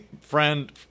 Friend